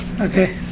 Okay